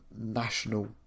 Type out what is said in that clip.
national